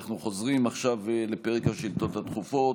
אנחנו חוזרים עכשיו לפרק השאילתות הדחופות,